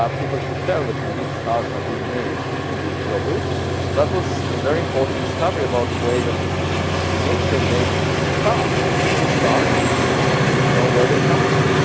um people could tell that indeed stars are being made in these globules. and so that was a very important discovery about the way that nature makes stars. we see stars. we didn't know where they come from,